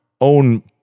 own